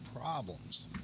problems